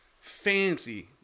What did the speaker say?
fancy